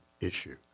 issue